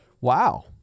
Wow